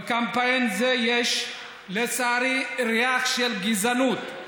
בקמפיין זה יש, לצערי, ריח של גזענות.